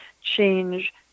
change